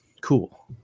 Cool